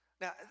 Now